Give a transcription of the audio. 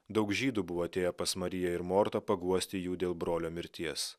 daug žydų buvo atėję pas mariją ir mortą paguosti jų dėl brolio mirties